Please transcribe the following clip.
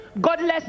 godless